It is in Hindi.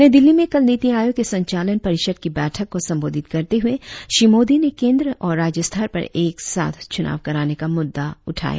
नई दिल्ली में कल नीति आयोग की संचालन परिषद की बैठक को संबोधित करते हुए श्री मोदी ने केंद्र और राज्य स्तर पर एक साथ चुनाव कराने का मुद्दा उठाया